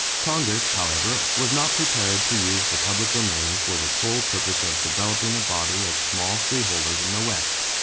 congress, however, was not prepared to use the public domain for the sole purpose of developing a body of small freeholders in the west.